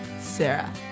Sarah